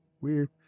Weird